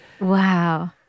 Wow